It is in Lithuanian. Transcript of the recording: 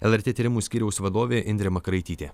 lrt tyrimų skyriaus vadovė indrė makaraitytė